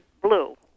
blue